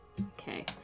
Okay